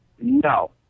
No